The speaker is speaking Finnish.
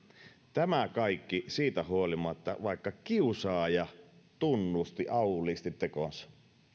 tämä kaikki siitä huolimatta että kiusaaja tunnusti auliisti tekonsa